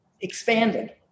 expanded